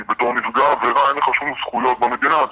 כי כנפגע עבירה אין לך שום זכויות במדינה הזאת,